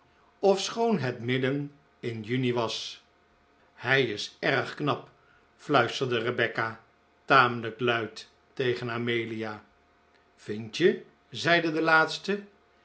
ofschoon het midden in juni was hij is erg knap fluisterde rebecca tamelijk luid tegen amelia vind je zeide de laatste